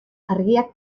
argiak